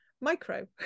micro